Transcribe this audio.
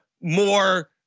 more